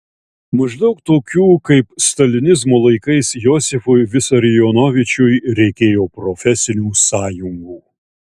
maždaug tokių kaip stalinizmo laikais josifui visarionovičiui reikėjo profesinių sąjungų